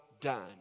done